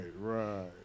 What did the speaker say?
right